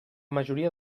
majoria